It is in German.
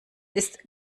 ist